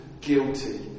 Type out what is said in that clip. guilty